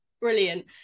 brilliant